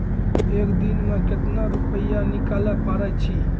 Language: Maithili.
एक दिन मे केतना रुपैया निकाले पारै छी?